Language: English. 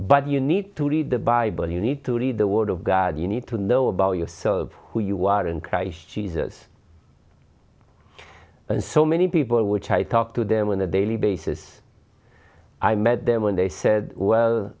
but you need to read the bible you need to read the word of god you need to know about yourself who you are in christ jesus and so many people which i talk to them on a daily basis i met them when they said well